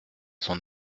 son